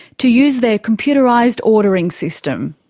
to use their computerised ordering system.